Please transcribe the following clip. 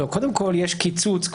קודם כול, יש קיצוץ.